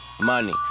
money